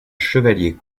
chevalier